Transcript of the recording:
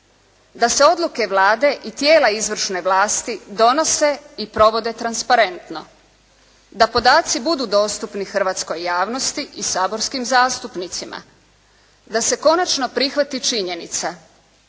Da se odluke Vlade i tijela izvršne vlasti donose i provode transparentno. Da podaci budu dostupni hrvatskoj javnosti i saborskim zastupnicima. Da se konačno prihvati činjenica